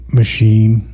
machine